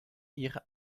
ihre